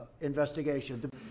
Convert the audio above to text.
investigation